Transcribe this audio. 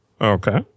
Okay